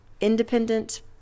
independent